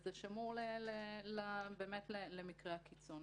זה שמור למקרי הקיצון.